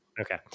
Okay